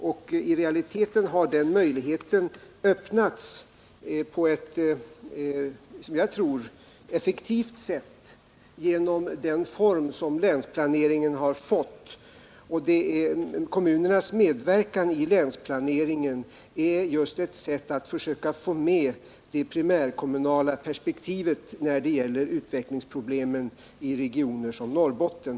I realiteten har den möjligheten på ett, som jag tror, effektivt sätt öppnats genom den form som länsplaneringen har fått. Kommunernas medverkan i länsplaneringen är just ett sätt att försöka få med det primärkommunala perspektivet på utvecklingsproblemen i regioner som Norrbotten.